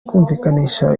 kumvikanisha